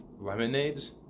lemonades